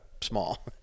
small